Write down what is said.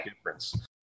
difference